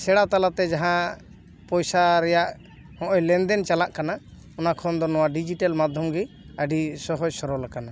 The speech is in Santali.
ᱥᱮᱬᱟ ᱛᱟᱞᱟᱛᱮ ᱡᱟᱦᱟᱸ ᱯᱚᱭᱥᱟ ᱨᱮᱭᱟᱜ ᱦᱚᱸᱜ ᱚᱭ ᱞᱮᱱᱫᱮᱱ ᱪᱟᱞᱟᱜ ᱠᱟᱱᱟ ᱚᱱᱟ ᱠᱷᱚᱱ ᱫᱚ ᱱᱚᱜ ᱚᱭ ᱰᱤᱡᱤᱴᱮᱞ ᱢᱟᱫᱽᱫᱷᱚᱢ ᱜᱮ ᱟᱹᱰᱤ ᱥᱚᱦᱚᱡᱽ ᱥᱚᱨᱚᱞ ᱟᱠᱟᱱᱟ